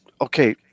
Okay